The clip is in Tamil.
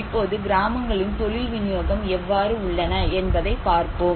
இப்போது கிராமங்களின் தொழில் விநியோகம் எவ்வாறு உள்ளன என்பதை பார்ப்போம்